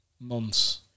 months